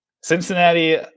Cincinnati